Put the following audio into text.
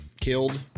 killed